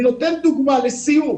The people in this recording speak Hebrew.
אני נותן דוגמה לסיום: